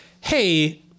hey